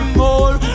more